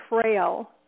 trail